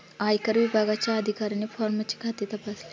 आयकर विभागाच्या अधिकाऱ्याने फॉर्मचे खाते तपासले